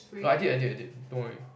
I did I did I did don't worry